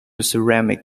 ceramic